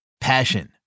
Passion